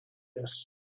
this